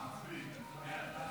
סעיפים 1 2 נתקבלו.